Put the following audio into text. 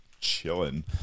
chilling